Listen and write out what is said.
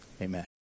amen